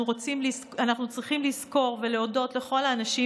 אנחנו צריכים לזכור ולהודות לכל האנשים